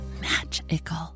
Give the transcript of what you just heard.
magical